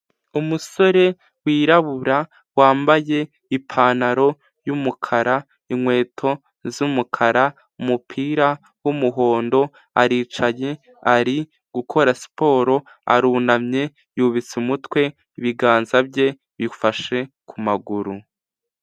Umusore wirabura, wambaye ipantaro y'umukara, inkweto z'umukara, umupira w'umuhondo, aricaye, ari gukora siporo, arunamye, yubitse umutwe, ibiganza bye bifashe ku maguru.